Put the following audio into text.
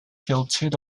filtered